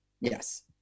Yes